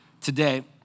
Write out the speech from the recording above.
today